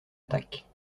attaque